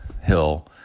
hill